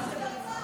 כוח.